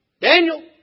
Daniel